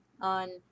on